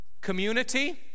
Community